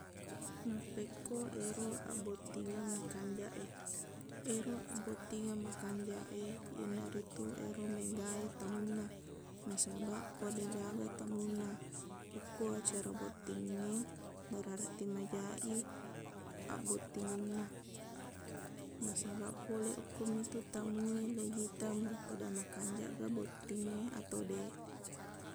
Mappekko ero abbotingeng makanjaq e ero abbottingeng makanjaq e iyanaritu ero mega e tamunna nasabaq ko deqgaga tamunna okko acara bottingnge berarti majaq i abbottingenna nasabaq pole okkomitu tamu e laiita makkada makanjaq ga bottingnge ato deq